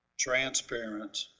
transparent,